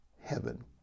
heaven